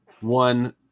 One